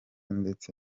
ndetse